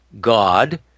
God